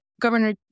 Governor